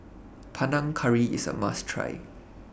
Panang Curry IS A must Try